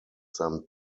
them